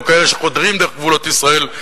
או כאלה שחודרים דרך גבולות ישראל,